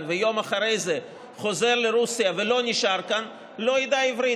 ויום אחרי זה חוזר לרוסיה ולא נשאר כאן לא ידע עברית.